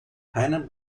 keinen